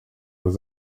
was